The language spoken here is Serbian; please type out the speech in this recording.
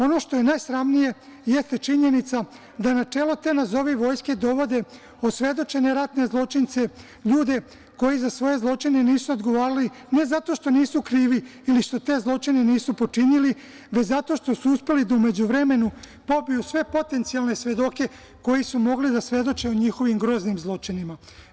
Ono što je najsramnije jeste činjenica da na čelo te nazovi vojske dovode osvedočene ratne zločince, ljude koji za svoje zločine nisu odgovarali, ne zato što nisu krivi ili zato što te zločine nisu počinili, već zato što su uspeli da u međuvremenu pobiju sve potencijalne svedoke koji su mogli da svedoče o njihovim groznim zločinima.